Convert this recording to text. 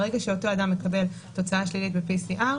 ברגע שאותו אדם מקבל תוצאה שלילית ב-PCR,